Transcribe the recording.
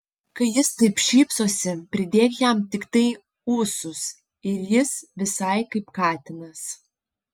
kai jis taip šypsosi pridėk jam tiktai ūsus ir jis visai kaip katinas